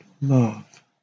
love